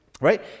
right